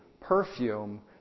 perfume